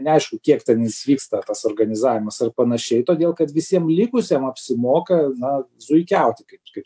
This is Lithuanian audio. neaišku kiek ten jis vyksta pas organizavimas ir panašiai todėl kad visiem likusiem apsimoka na zuikiauti kaip kaip